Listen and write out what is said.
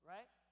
Right